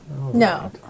No